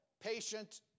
patient